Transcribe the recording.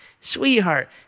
Sweetheart